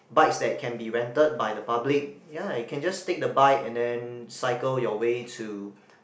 bikes that can be rented by the public ya you can just take the bike and then cycle your way to